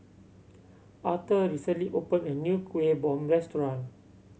Arthor recently opened a new Kuih Bom restaurant